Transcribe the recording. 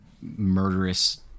murderous